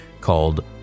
called